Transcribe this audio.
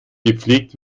gepflegt